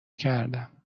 کردم